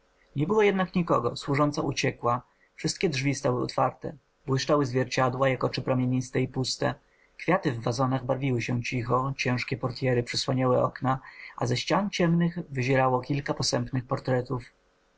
nie było jednak nikogo służąca uciekła wszystkie drzwi stały otwarte we wszystkich pokojach płonęły jasno światła stały meble w surowych ciężkich zarysach błyszczały zwierciadła jak oczy promieniste i puste kwiaty w wazonach barwiły się cicho ciężkie portjery przysłaniały okna a ze ścian ciemnych wyzierało kilka posępnych portretów